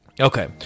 Okay